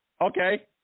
Okay